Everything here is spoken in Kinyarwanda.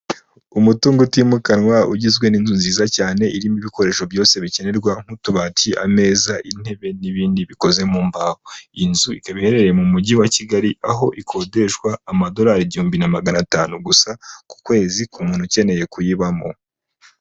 Umutungo utimukanwa ugizwe n'inzu nziza cyane, irimo ibikoresho byose bikenerwa nk'utubati, ameza, intebe n'ibindi bikoze mu mbaho, inzu ikaba iherereye mu Mujyi wa Kigali, aho ikodeshwa amadorari igihumbi na magana atanu gusa ku kwezi ku muntu ukeneye kuyibamo.